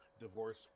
divorce